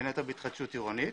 בין היתר בהתחדשות עירונית.